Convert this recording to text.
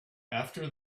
after